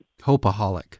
Hopeaholic